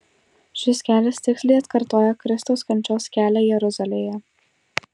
šis kelias tiksliai atkartoja kristaus kančios kelią jeruzalėje